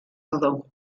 ardor